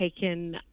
taken